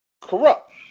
Corrupt